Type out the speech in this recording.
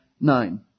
nine